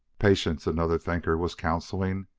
patience! another thinker was counseling.